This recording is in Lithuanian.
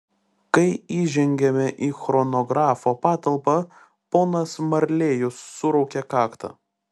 kai įžengėme į chronografo patalpą ponas marlėjus suraukė kaktą